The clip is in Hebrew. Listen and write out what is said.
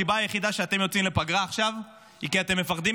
הסיבה היחידה שאתם יוצאים לפגרה עכשיו היא שאתם מפחדים